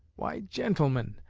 why, gentlemen,